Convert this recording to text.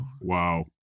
Wow